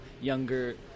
younger